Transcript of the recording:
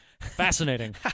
Fascinating